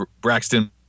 Braxton